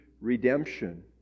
redemption